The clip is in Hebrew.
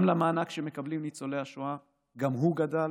גם המענק שמקבלים ניצולי השואה גדל